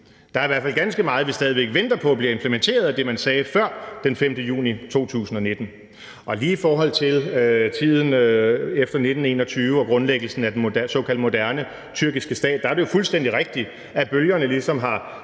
Der er i hvert fald ganske meget af det, man sagde før den 5. juni 2019, vi stadig væk venter på bliver implementeret. Lige i forhold til tiden efter 1921 og grundlæggelsen af den såkaldte moderne tyrkiske stat er det jo fuldstændig rigtigt, at bølgerne ligesom har